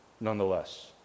nonetheless